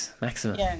maximum